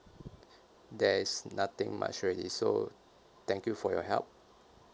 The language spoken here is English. there's nothing much already so thank you for your help